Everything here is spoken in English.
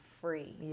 free